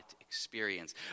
experience